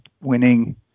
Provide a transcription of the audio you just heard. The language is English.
winning